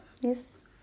yes